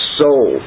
soul